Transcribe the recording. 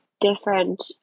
different